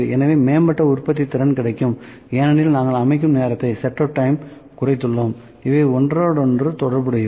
எனவே மேம்பட்ட உற்பத்தித்திறன் கிடைக்கும் ஏனெனில் நாங்கள் அமைக்கும் நேரத்தைக் குறைத்துள்ளோம் இவை ஒன்றோடொன்று தொடர்புடையவை